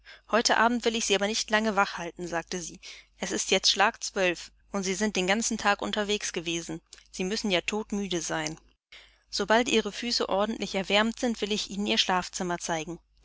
heute abend will ich sie aber nicht lange wach halten sagte sie es ist jetzt schlag zwölf uhr und sie sind den ganzen tag unterwegs gewesen sie müssen ja todmüde sein sobald ihre füße ordentlich erwärmt sind will ich ihnen ihr schlafzimmer zeigen